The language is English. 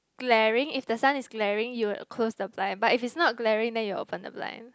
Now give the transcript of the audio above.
glaring if the sun is glaring you would close the blind but if it's not glaring then you open the blind